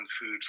food